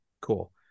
cool